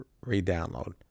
re-download